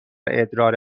ادرار